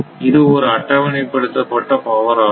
இது ஒரு அட்டவணைப்படுத்தப்பட்ட பவர் ஆகும்